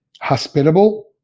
hospitable